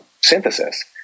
synthesis